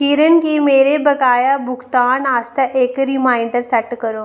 किरण गी मेरे बकाया भुगतान आस्तै इक रिमाइंडर सैट्ट करो